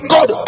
God